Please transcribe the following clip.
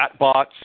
chatbots